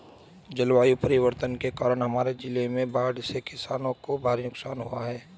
जलवायु परिवर्तन के कारण हमारे जिले में बाढ़ से किसानों को भारी नुकसान हुआ है